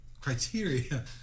criteria